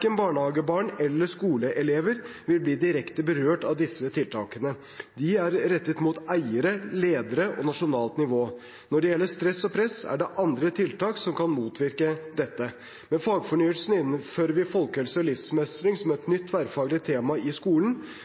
barnehagebarn eller skoleelever vil bli direkte berørt av disse tiltakene. De er rettet mot eiere, ledere og nasjonalt nivå. Når det gjelder stress og press, er det andre tiltak som kan motvirke dette. Med fagfornyelsen innfører vi folkehelse og livsmestring som et nytt tverrfaglig tema i skolen,